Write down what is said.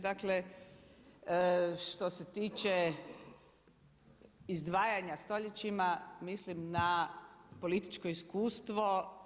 Dakle, što se tiče izdvajanja stoljećima mislim na političko iskustvo.